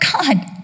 God